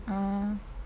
ah